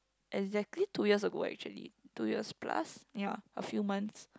exactly two years ago actually two years plus ya a few months